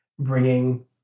bringing